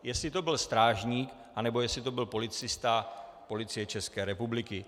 Jestli to byl strážník, anebo jestli to byl policista Policie České republiky.